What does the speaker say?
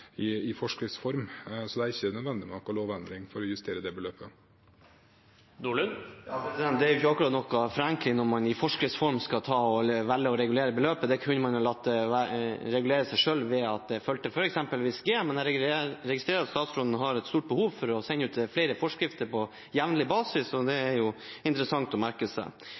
Så det er ikke nødvendig med noen lovendring for å justere det beløpet. Det er ikke akkurat noen forenkling når man velger å regulere beløpet i forskrifts form. Det kunne man ha latt regulere seg selv ved at det f.eks. fulgte et visst G-beløp. Men jeg registrerer at statsråden har et stort behov for å sende ut flere forskrifter på jevnlig basis, og det er jo interessant å merke seg.